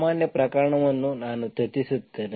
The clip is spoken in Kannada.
ಸಾಮಾನ್ಯ ಪ್ರಕರಣವನ್ನು ನಾನು ಚರ್ಚಿಸುತ್ತೇನೆ